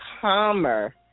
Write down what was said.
calmer